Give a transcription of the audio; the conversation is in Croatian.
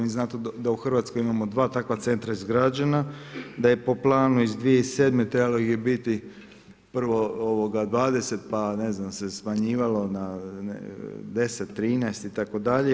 Vi znate da u Hrvatskoj imamo dva takva centra izgrađena, da je po planu iz 2007. trebalo ih je biti prvo 20, pa ne znam se smanjivalo na 10, 13 itd.